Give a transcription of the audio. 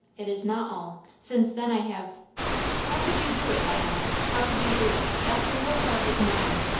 it is not all. since then i have how could you do it, diana? how could you do it, after your heart was mine?